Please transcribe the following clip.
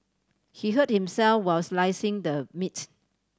he hurt himself while slicing the meats